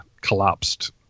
collapsed